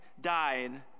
died